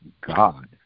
God